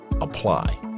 Apply